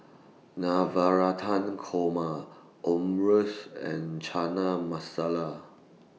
Navratan Korma Omurice and Chana Masala